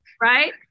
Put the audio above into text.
Right